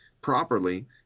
properly